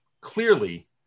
clearly